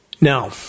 Now